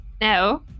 No